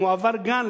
אם הוא עבר גן,